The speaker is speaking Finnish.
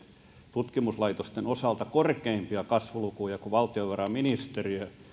tutkimuslaitosten osalta korkeampia kasvulukuja kuin valtiovarainministeriö